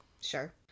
Sure